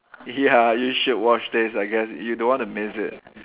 ya you should watch this I guess you don't want to miss it